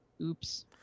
Oops